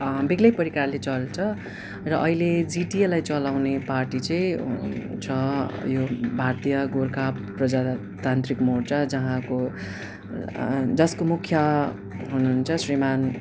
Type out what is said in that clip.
बेग्लै प्रकारले चल्छ र अहिले जिटिएलाई चलाउने पार्टी चाहिँ छ उयो भारतीय गोर्खा प्रजातान्त्रिक मोर्चा जहाँको जसको मुख्य हुनुहुन्छ श्रीमान्